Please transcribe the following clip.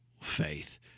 faith